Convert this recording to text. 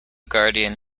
guardian